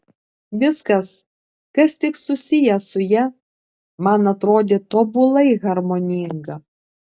viskas kas tik susiję su ja man atrodė tobulai harmoninga